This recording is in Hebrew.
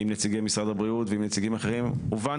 עם נציגי משרד הבריאות ועם נציגים אחרים הובן